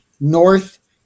north